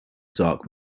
dark